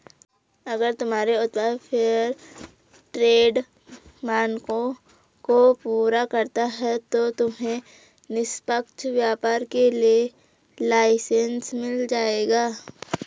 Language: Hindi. अगर तुम्हारे उत्पाद फेयरट्रेड मानकों को पूरा करता है तो तुम्हें निष्पक्ष व्यापार के लिए लाइसेन्स मिल जाएगा